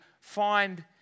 find